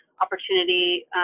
opportunity